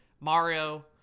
Mario